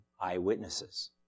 eyewitnesses